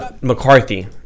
mccarthy